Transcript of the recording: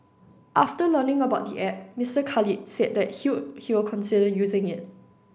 after learning about the app Mister Khalid said that he would he will consider using it